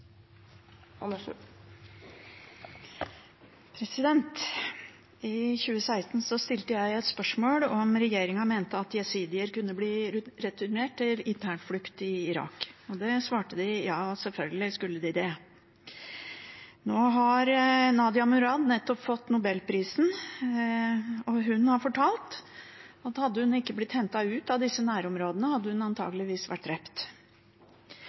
I 2016 stilte jeg et spørsmål om regjeringen mente at jesidier kunne bli returnert til internflukt i Irak. De svarte: Ja, selvfølgelig kunne de det. Nå har Nadia Murad nettopp fått nobelprisen. Hun har fortalt at hadde hun ikke blitt hentet ut av disse nærområdene, hadde hun antakeligvis blitt drept.